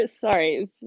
sorry